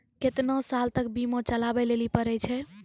केतना साल तक बीमा चलाबै लेली पड़ै छै?